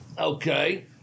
Okay